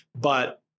But-